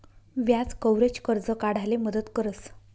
व्याज कव्हरेज, कर्ज काढाले मदत करस